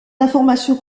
informations